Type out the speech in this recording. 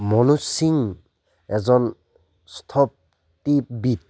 মনোজ সিং এজন স্থপতিবিদ